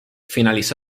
finalizó